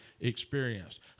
experienced